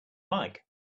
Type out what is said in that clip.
mike